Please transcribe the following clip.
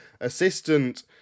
assistant